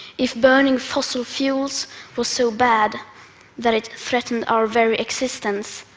if burning fossil fuels was so bad that it threatened our very existence,